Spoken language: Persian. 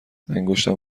انگشتم